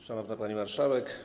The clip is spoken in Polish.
Szanowna Pani Marszałek!